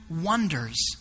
wonders